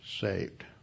saved